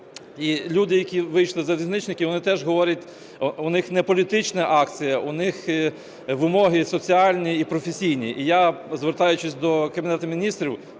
І люди, які вийшли, залізничники, вони теж говорять, у них не політична акція, у них вимоги соціальні і професійні. І я, звертаючись до Кабінету Міністрів,